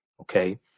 okay